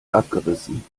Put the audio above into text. abgerissen